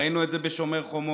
ראינו את זה בשומר החומות,